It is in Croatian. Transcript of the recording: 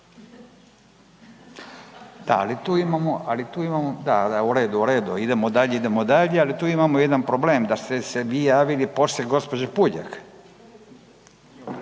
imamo, ali tu imamo, da, da u redu, u redu idemo dalje, idemo dalje, ali tu imamo jedan problem da ste se vi javili poslije gospođe Puljak,